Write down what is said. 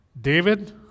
David